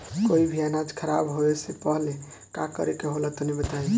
कोई भी अनाज खराब होए से पहले का करेके होला तनी बताई?